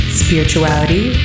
spirituality